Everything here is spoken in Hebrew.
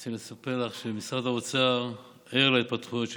רוצה לספר לך שמשרד האוצר ער להתפתחותן של